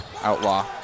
Outlaw